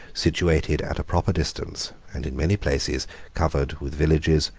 situated at a proper distance, and in many places covered with villages,